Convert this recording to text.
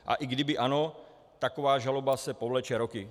A i kdyby ano, taková žaloba se povleče roky.